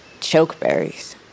Chokeberries